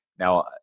Now